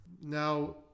Now